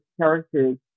characters